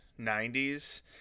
90s